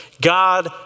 God